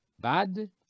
bad